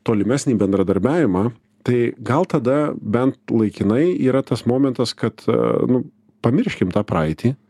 tolimesnį bendradarbiavimą tai gal tada bent laikinai yra tas momentas kad nu pamirškim tą praeitį